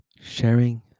sharing